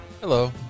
Hello